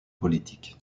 politiques